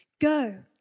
Go